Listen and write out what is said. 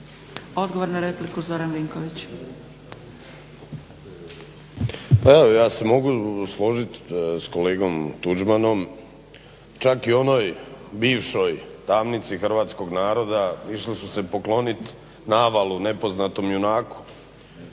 **Vinković, Zoran (HDSSB)** Pa evo ja se mogu složiti s kolegom Tuđmanom čak i u onoj bivšoj tamnici hrvatskog naroda išli su se pokloniti navalu nepoznatom junaku,